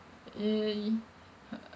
mm